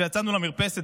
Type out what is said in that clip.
יצאנו למרפסת,